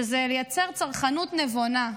שזה לייצר צרכנות נבונה,